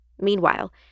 Meanwhile